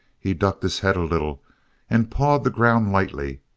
he ducked his head a little and pawed the ground lightly,